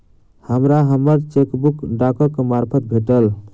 हमरा हम्मर चेकबुक डाकक मार्फत भेटल